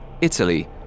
Italy